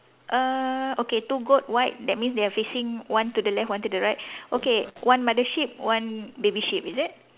uh okay two goat white that means they are facing one to the left one to the right okay one mother sheep one baby sheep is it